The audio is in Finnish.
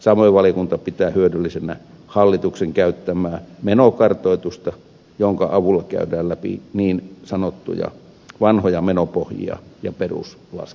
samoin valiokunta pitää hyödyllisenä hallituksen käyttämää menokartoitusta jonka avulla käydään läpi niin sanottuja vanhoja menopohjia ja peruslaskelmaa